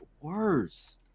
worse